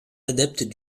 adepte